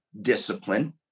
discipline